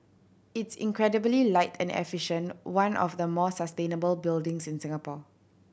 it's incredibly light and efficient one of the more sustainable buildings in the Singapore